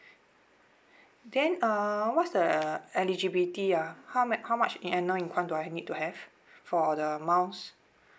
then uh what's the eligibility ah how ma~ how much annual income do I need to have for the miles